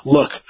Look